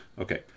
okay